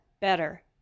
better